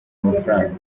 amafaranga